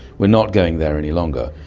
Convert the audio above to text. we're not going there any longer.